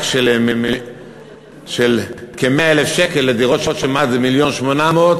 של כ-100,000 שקל לדירות שמחירן אינו מעל 1.8 מיליון,